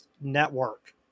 network